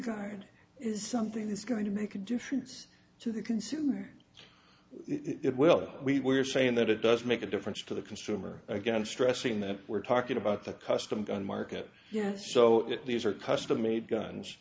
guard is something that's going to make a difference to the consumer it well we're saying that it does make a difference for the consumer again stressing that we're talking about the custom gun market yes so these are custom made guns